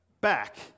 back